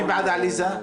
מי בעד עליזה?